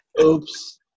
oops